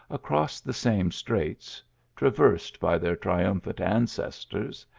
across the same straits traversed by their triumphant ancestors,